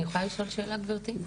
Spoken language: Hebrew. אני יכולה לשאול שאלה, גברתי?